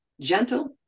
gentle